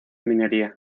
minería